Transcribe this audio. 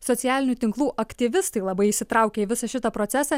socialinių tinklų aktyvistai labai įsitraukė į visą šitą procesą